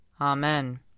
Amen